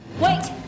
Wait